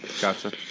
Gotcha